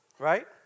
Right